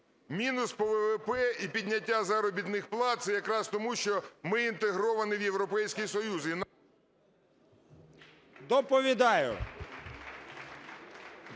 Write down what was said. Мінус по ВВП і підняття заробітних плат – це якраз тому, що ми інтегровані в Європейський Союз… 11:01:27